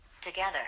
Together